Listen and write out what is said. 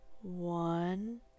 one